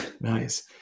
Nice